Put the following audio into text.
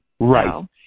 Right